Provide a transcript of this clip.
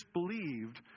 believed